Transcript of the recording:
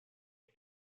aus